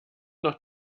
noch